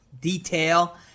detail